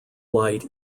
light